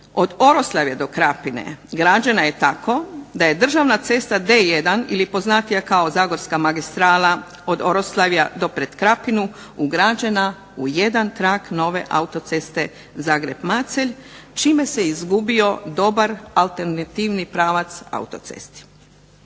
od Oroslavja do Krapine građena je tako da je državna cesta D1 ili poznatija kao Zagorska magistrala od Oroslavja do pred Krapinu ugrađena u jedan trak nove autoceste Zagreb-Macelj čime se izgubio dobar alternativni pravac autocesti.